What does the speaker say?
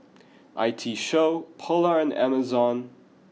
I T Show Polar and Amazon